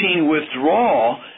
withdrawal